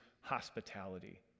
hospitality